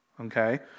Okay